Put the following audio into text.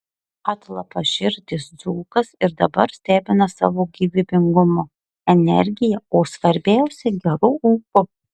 atlapaširdis dzūkas ir dabar stebina savo gyvybingumu energija o svarbiausia geru ūpu